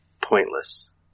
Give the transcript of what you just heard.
pointless